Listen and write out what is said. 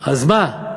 אז מה,